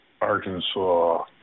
Arkansas